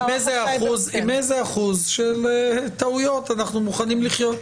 עם איזה אחוז של טעויות אנחנו מוכנים לחיות,